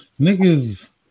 niggas